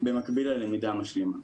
במקביל ללמידה המשלימה.